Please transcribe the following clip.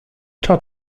cha